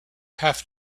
have